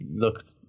looked